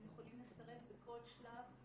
הם יכולים לסרב בכל שלב.